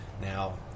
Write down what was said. now